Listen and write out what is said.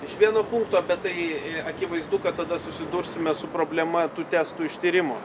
iš vieno punkto bet tai akivaizdu kad tada susidursime su problema tų testų ištyrimo